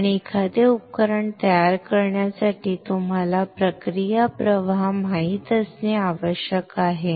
आणि एखादे उपकरण तयार करण्यासाठी तुम्हाला प्रक्रिया प्रवाह माहित असणे आवश्यक आहे